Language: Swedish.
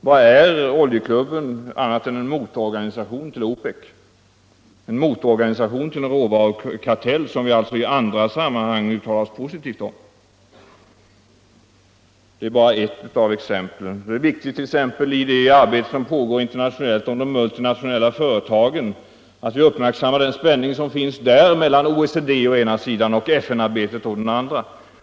Vad är Oljeklubben annat än en motorganisation till OPEC — en motorganisation till en råvarukartell, som vi i andra sammanhang uttalar oss positivt om. Det är bara ett av exemplen. Det är viktigt att vi exempelvis i det arbete som bedrivs internationellt beträffande de multinationella företagen uppmärksammar den spänning som finns där mellan OECD, å ena sidan, och FN-arbetet å den andra.